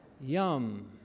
Yum